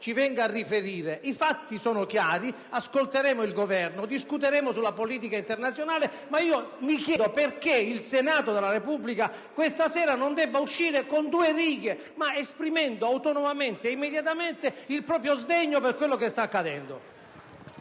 venga a riferire? I fatti sono chiari: ascolteremo il Governo e discuteremo della politica internazionale, ma mi chiedo perché il Senato della Repubblica non debba esprimere in poche righe, autonomamente e immediatamente, il proprio sdegno per quello che sta accadendo.